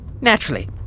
Naturally